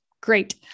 Great